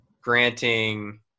granting